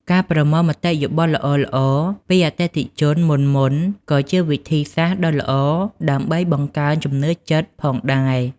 ការប្រមូលមតិយោបល់ល្អៗពីអតិថិជនមុនៗក៏ជាវិធីសាស្ត្រដ៏ល្អដើម្បីបង្កើនជំនឿចិត្តផងដែរ។